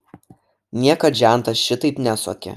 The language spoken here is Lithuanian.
niekad žentas šitaip nesuokė